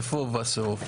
מאיתמר בן גביר.